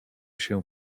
się